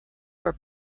were